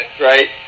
right